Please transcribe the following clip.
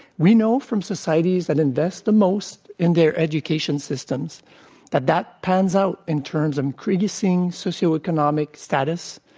we know from societies that invest the most in their education systems that that pans out in terms of preexisting socioeconomic status,